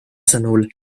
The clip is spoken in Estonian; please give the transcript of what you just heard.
sõnul